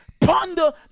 ponder